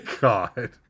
God